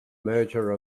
merger